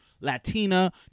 Latina